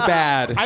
bad